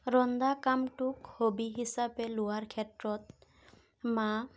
ৰন্ধা কামটোক হবি হিচাপে লোৱাৰ ক্ষেত্ৰত মা